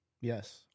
Yes